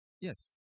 Yes